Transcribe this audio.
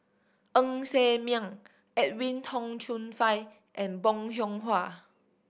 Ng Ser Miang Edwin Tong Chun Fai and Bong Hiong Hwa